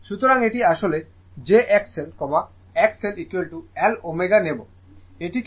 সুতরাং এটি আসলে jXL XLL ω নেবে এটিকে আমরা XLL ω বলি